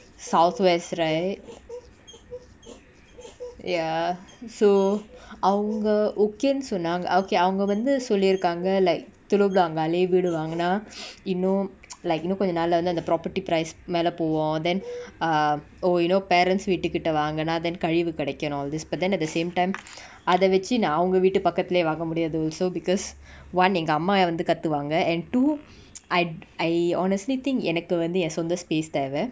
south west right ya so அவங்க:avanga okay ன்னு சொன்னாங்க:nu sonnanga okay அவங்க வந்து சொல்லிருக்காங்க:avanga vanthu sollirukaanga like telok blangah லே வீடு வாங்குனா:le veedu vaanguna you know like இன்னு கொஞ்ச நாள்ல வந்து அந்த:innu konja naalla vanthu antha property price மேல போவு:mela povu then err oh you know parents வீட்டுகிட்ட வாங்கினா:veetukitta vaangina then கழிவு கெடைகனு:kalivu kedaikanu these but then at the same time அதவச்சு நா அவங்க வீட்டு பக்கத்துலே வாங்க முடியாது:athavachu na avanga veetu pakkathule vaanga mudiyathu also because one எங்க அம்மாவே வந்து கத்துவாங்க:enga ammave vanthu kathuvanga and two I I honestly think எனக்கு வந்து எ சொந்த:enaku vanthu ye sontha space தேவ:theva